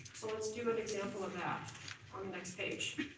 so let's do an example and next page.